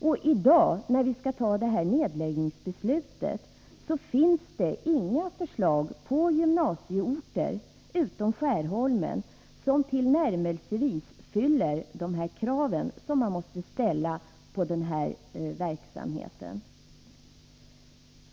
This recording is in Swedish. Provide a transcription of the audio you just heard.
När vi nu skall fatta det här nedläggningsbeslutet finns inga förslag om gymnasieorter — förutom Skärholmen — som tillnärmelsevis uppfyller de krav som man måste ställa i samband med denna verksamhet.